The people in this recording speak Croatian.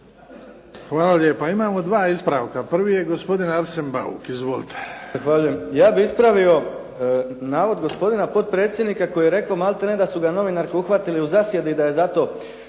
Hvala lijepa. Imamo dva ispravka. Prvi je gospodin Arsen Bauk. Izvolite. **Bauk, Arsen (SDP)** Zahvaljujem. Ja bih ispravio navod gospodina potpredsjednika koji je rekao maltene da su ga novinarke uhvatile u zasjedi i da je zato